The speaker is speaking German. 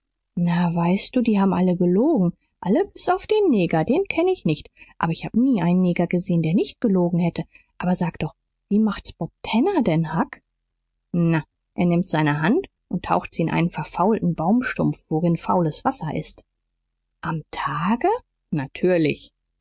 na weißt du die haben alle gelogen alle bis auf den neger den kenn ich nicht aber ich hab nie einen neger gesehen der nicht gelogen hätte aber sag doch wie macht's bob tanner denn huck na er nimmt seine hand und taucht sie in einen verfaulten baumstumpf worin faules wasser ist am tage natürlich